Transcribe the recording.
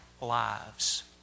lives